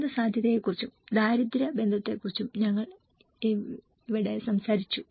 ദുരന്തസാധ്യതയെക്കുറിച്ചും ദാരിദ്ര്യ ബന്ധത്തെക്കുറിച്ചും ഞങ്ങൾ ഇവിടെ സംസാരിച്ചു